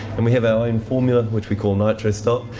and we have our own formula which we call nitrostop,